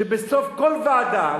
היא שבסוף כל ועדה,